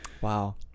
Wow